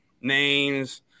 names